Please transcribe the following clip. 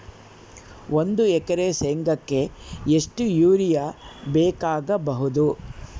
ಒಂದು ಎಕರೆ ಶೆಂಗಕ್ಕೆ ಎಷ್ಟು ಯೂರಿಯಾ ಬೇಕಾಗಬಹುದು?